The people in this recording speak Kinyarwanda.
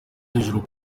hejuru